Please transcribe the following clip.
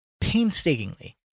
painstakingly